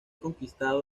conquistado